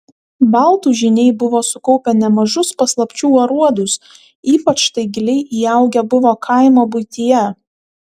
baltų žyniai buvo sukaupę nemažus paslapčių aruodus ypač tai giliai įaugę buvo kaimo buityje